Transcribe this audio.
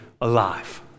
alive